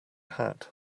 hat